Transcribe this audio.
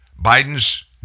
Biden's